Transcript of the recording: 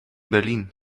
berlin